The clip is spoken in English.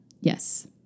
Yes